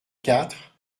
quatre